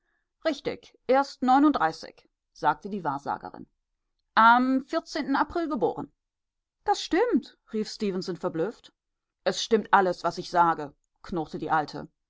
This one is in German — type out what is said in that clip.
richtig erst neununddreißig sagte die wahrsagerin am april geboren das stimmt rief stefenson verblüfft es stimmt alles was ich sage knurrte die alte